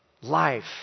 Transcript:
life